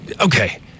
okay